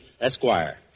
Esquire